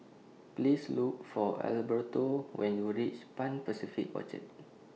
Please Look For Alberto when YOU REACH Pan Pacific Orchard